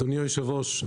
אדוני היושב ראש,